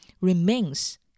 remains